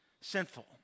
sinful